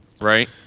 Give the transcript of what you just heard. right